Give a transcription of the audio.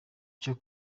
cyo